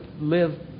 live